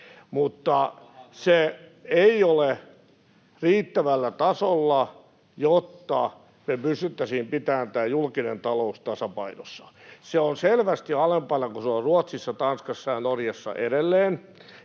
mutta se ei ole riittävällä tasolla, jotta me pystyttäisiin pitämään tämä julkinen talous tasapainossa. Se on selvästi alempana kuin se on Ruotsissa, Tanskassa ja Norjassa edelleen